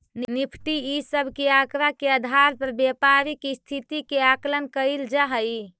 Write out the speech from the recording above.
Nifty इ सब के आकड़ा के आधार पर व्यापारी के स्थिति के आकलन कैइल जा हई